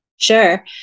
Sure